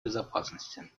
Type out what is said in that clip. безопасности